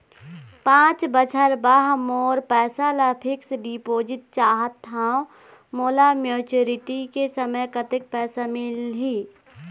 पांच बछर बर मोर पैसा ला फिक्स डिपोजिट चाहत हंव, मोला मैच्योरिटी के समय कतेक पैसा मिल ही?